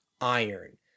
iron